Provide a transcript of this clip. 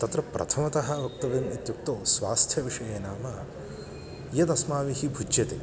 तत्र प्रथमतः वक्तव्यम् इत्युक्ते स्वास्थ्यविषये नाम यदस्माभिः भुज्यते